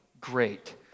Great